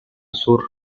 sur